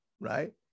right